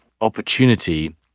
opportunity